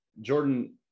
Jordan